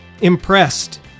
impressed